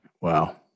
Wow